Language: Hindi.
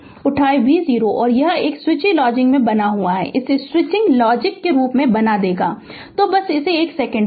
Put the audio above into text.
उठाये v0 और यह एक स्विचिंग लॉजिक में बना देगा इसे स्विचिंग लॉजिक के रूप में बना देगा तो बस एक बस एक सेकंड